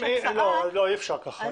אי אפשר כך.